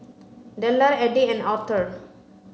Dellar Eddie and Aurthur